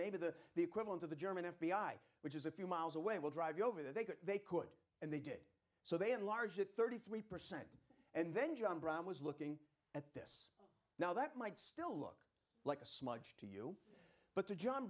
maybe the the equivalent of the german f b i which is a few miles away will drive you over there they could they could and they did so they enlarged it thirty three percent and then john brown was looking at now that might still look like a smudge to you but to john